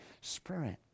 Spirit